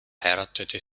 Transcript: heiratete